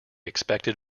expected